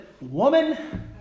woman